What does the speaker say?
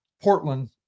Portland